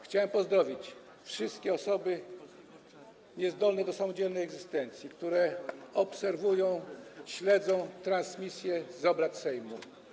Chciałem pozdrowić wszystkie osoby niezdolne do samodzielnej egzystencji, które obserwują, śledzą transmisję z obrad Sejmu.